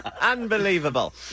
Unbelievable